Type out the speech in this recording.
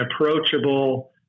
approachable